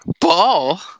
Ball